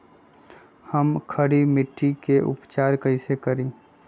हम खड़ी मिट्टी के उपचार कईसे करी?